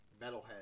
metalhead